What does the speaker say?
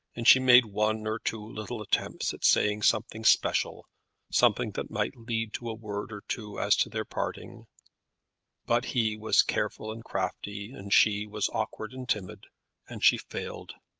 and she made one or two little attempts at saying something special something that might lead to a word or two as to their parting but he was careful and crafty, and she was awkward and timid and she failed.